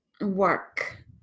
Work